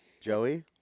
Joey